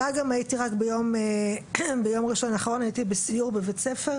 ביום ראשון האחרון הייתי בסיור בבית ספר